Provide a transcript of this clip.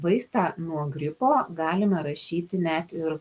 vaistą nuo gripo galime rašyti net ir